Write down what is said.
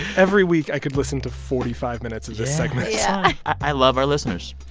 every week, i could listen to forty five minutes of this segment yeah yeah i love our listeners.